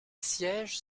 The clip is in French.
sièges